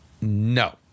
No